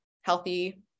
healthy